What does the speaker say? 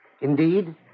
Indeed